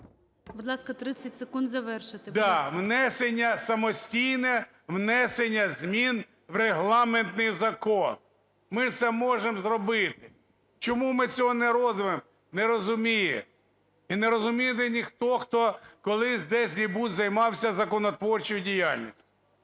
будь ласка. НІМЧЕНКО В.І. Да. Внесення, самостійне внесення змін в регламентний закон. Ми це можем зробити. Чому ми цього не робимо, не розумію. І не розуміє ніхто, хто колись де-небудь займався законотворчою діяльністю.